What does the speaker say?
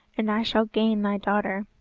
and i shall gain thy daughter,